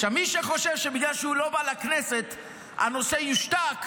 מי שחושב שבגלל שהוא לא בא לכנסת הנושא יושתק,